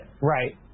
Right